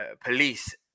police